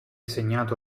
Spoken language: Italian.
segnato